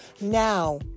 Now